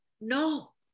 No